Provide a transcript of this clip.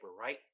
right